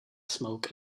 smoke